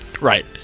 Right